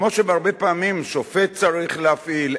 כמו שהרבה פעמים שופט צריך להפעיל,